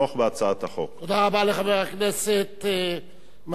תודה רבה לחבר הכנסת מגלי והבה,